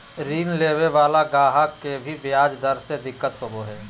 ऋण लेवे वाला गाहक के भी ब्याज दर से दिक्कत होवो हय